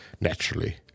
naturally